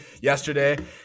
yesterday